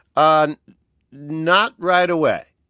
ah and not right away.